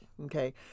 Okay